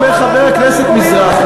אומר חבר הכנסת מזרחי,